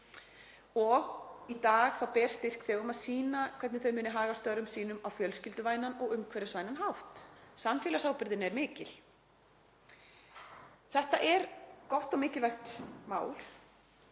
og í dag ber styrkþegum að sýna hvernig þau muni haga störfum sínum á fjölskylduvænan og umhverfisvænan hátt. Samfélagsábyrgðin er mikil. Þetta er gott og mikilvægt mál